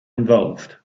involved